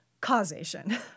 causation